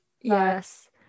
Yes